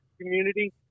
community